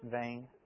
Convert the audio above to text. vain